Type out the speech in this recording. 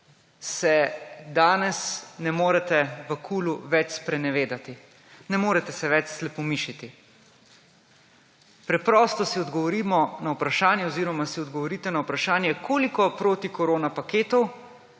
se danes ne morete v KUL več sprenevedati, ne morete se več slepomišiti. Preprosto si odgovorimo na vprašanje oziroma si odgovorite na vprašanje, koliko protikorona paketov,